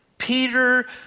Peter